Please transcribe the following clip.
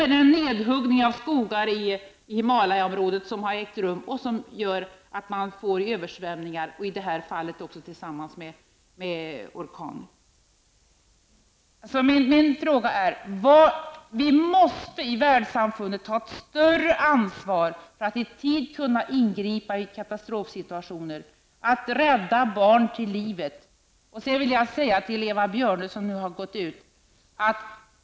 Den nedhuggning av skogar som ägt rum i Himalyaområdet gör att det blir översvämningar. I det här fallet har det skett i samband med en orkan. Vi måste i Världssamfundet ta ett större ansvar för att i tid kunna ingripa i katastrofsituationer och att rädda barn till livet. Till Eva Björne, som nu har gått, vill jag säga följande.